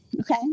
okay